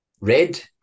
red